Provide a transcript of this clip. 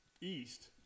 East